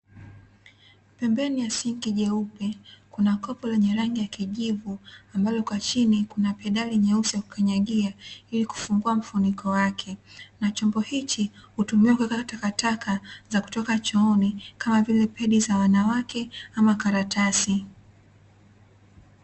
Pembeni ya sinki jeupe, kuna kopo lenye rangi ya kijivu ambalo kwa chini kuna pedali nyeusi ya kukanyagia, ili kufungua mfuniko wake. Na chombo hichi hutumiwa kuweka takataka za kutoka chooni, kama vile pedi za wanawake ama karatasi.